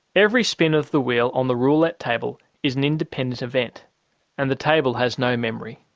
every spin of the wheel on the roulette table is an independent event and the table has no memory.